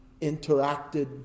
interacted